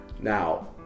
Now